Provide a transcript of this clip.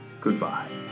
Goodbye